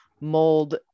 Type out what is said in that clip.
mold